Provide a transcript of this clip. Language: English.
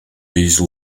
these